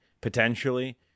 potentially